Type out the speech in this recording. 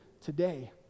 today